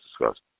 discussed